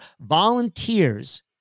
volunteers